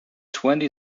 twenty